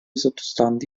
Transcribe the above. sottostanti